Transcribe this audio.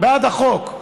בעד החוק.